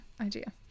idea